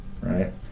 right